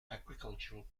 agricultural